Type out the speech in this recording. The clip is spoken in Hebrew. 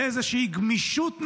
באיזושהי גמישות נדירה,